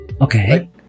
Okay